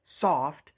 soft